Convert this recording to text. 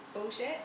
Bullshit